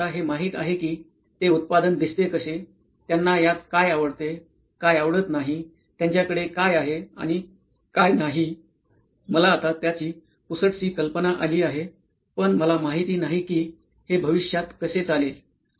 मला आता हे माहिती आहे कि ते उत्पादन दिसते कसे त्यांना यात काय आवडते काय आवडत नाही त्यांच्याकडे काय आहे आणि काय नाही मला आता त्याची पुसटशी कल्पना अली आहे पण मला माहिती नाही कि हे भविष्यात कसे चालेल